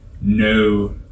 no